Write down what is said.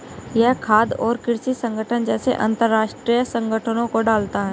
यह खाद्य और कृषि संगठन जैसे अंतरराष्ट्रीय संगठनों को डालता है